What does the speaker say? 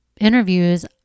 interviews